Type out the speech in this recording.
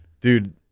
dude